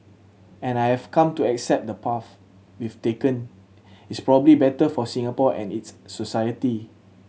and I've come to accept the path we've taken is probably better for Singapore and its society